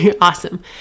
Awesome